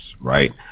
right